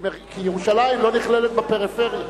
כי ירושלים לא נכללת בפריפריה.